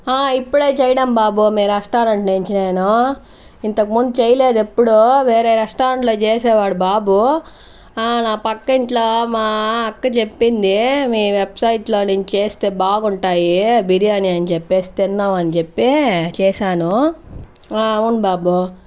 ఇప్పుడే చేయడం బాబు మీరు రెస్టారెంట్ నుంచి నేను ఇంతకు ముందు చేయలేదు ఎప్పుడూ వేరే రెస్టారెంట్ లో చేసేవాడు బాబు నా పక్క ఇంట్లో మా అక్క చెప్పింది మీ వెబ్సైట్ లో నుంచి చేస్తే బాగుంటాయి బిర్యానీ అని చెప్పేసి తిందామని చెప్పి చేశాను అవును బాబు